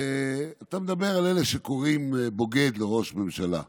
אתה מדבר על אלה שקוראים לראש הממשלה "בוגד".